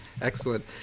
Excellent